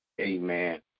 Amen